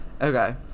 Okay